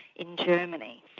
in germany,